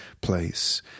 place